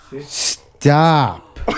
stop